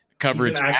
coverage